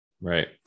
Right